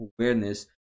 awareness